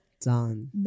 done